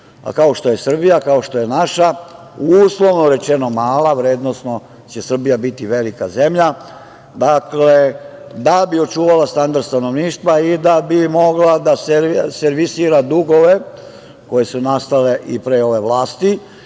kao što je Srbija, kao što je naša, uslovno rečeno mala, vrednosno će Srbija biti velika zemlja, da bi očuvala standard stanovništva i da bi mogla da servisira dugove koji su nastali i pre ove vlasti